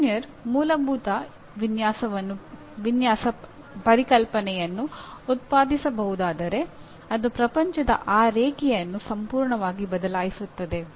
engineer ಮೂಲಭೂತ ವಿನ್ಯಾಸ ಪರಿಕಲ್ಪನೆಯನ್ನು ಉತ್ಪಾದಿಸಬಹುದಾದರೆ ಅದು ಪ್ರಪಂಚದ ಆ ರೇಖೆಯನ್ನು ಸಂಪೂರ್ಣವಾಗಿ ಬದಲಾಯಿಸುತ್ತದೆ